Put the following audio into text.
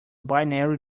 binary